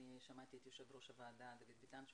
שמעתי את יושב ראש הוועדה דוד ביטן שהוא